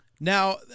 Now